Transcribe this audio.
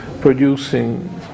producing